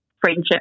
friendship